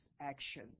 action